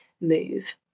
move